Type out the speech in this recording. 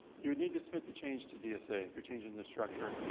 you need to submit the change to dsa, you're changing the structure,